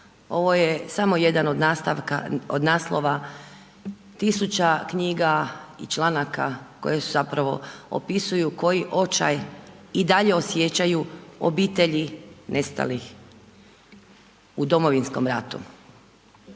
Ovo je samo jedan od naslova tisuća knjiga i članaka koje su zapravo opisuju koji očaj i dalje osjećaju obitelji nestalih u Domovinskom ratu.